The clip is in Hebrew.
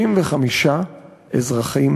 35 אזרחים